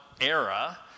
era